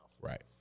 Right